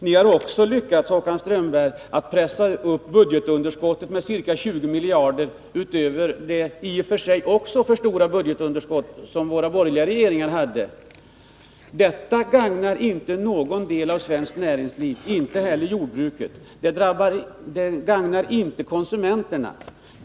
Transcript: Ni har också, Håkan Strömberg, lyckats pressa upp budgetunderskottet med ca 20 miljarder utöver vad våra borgerliga regeringars budgetunderskott uppgick till, vilka i och för sig också var för stora. Detta gagnar inte någon del av svenskt näringsliv, inte heller jordbruket eller konsumenterna.